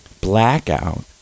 blackout